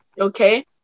Okay